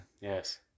Yes